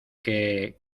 qué